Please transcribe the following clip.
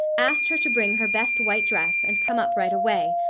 asked her to bring her best white dress, and come up right away,